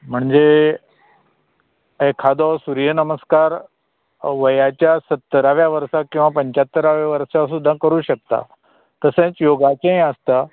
म्हणजे एखादो सुर्य नमस्कार वयाच्या सत्तराव्या वर्सा किंवां पंच्चातराव्या वर्सा सुद्दां करूं शकता तशें योगाचेंय आसता